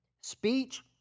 speech